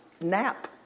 nap